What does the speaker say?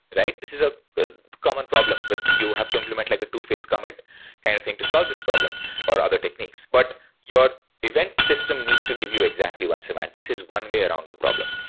but right? this is ah a common problem. but you have to implement like a two-phase commit kind of thing to solve this problem or other techniques. but your event system needs to give you exactly one's semantics is one way around the problem.